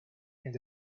and